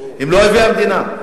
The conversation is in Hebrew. הם לא אויבי המדינה.